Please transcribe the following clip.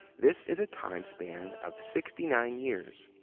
this is a time span of sixty nine years.